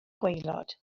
gwaelod